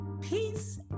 Peace